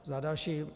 Za další.